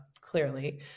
clearly